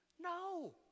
no